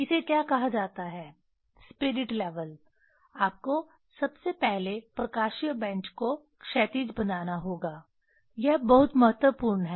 इसे क्या कहा जाता है स्पिरिट लेवल आपको सबसे पहले प्रकाशीय बेंच को क्षैतिज बनाना होगा यह बहुत महत्वपूर्ण है